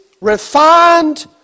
refined